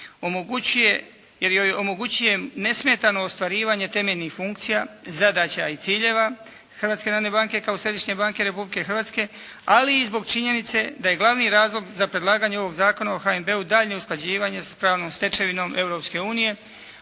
jer joj omogućuje nesmetano ostvarivanje temeljnih funkcija, zadaća i ciljeva Hrvatske narodne banke Republike Hrvatske, ali i zbog činjenice da je glavni razlog za predlaganje ovog zakona o HNB-u daljnje usklađivanje s pravnom stečevinom